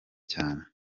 cyane